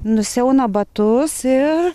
nusiauna batus ir